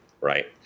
right